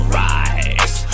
rise